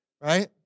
right